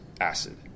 acid